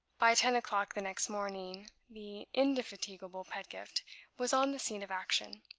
by ten o'clock the next morning the indefatigable pedgift was on the scene of action.